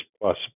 plus